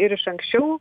ir iš anksčiau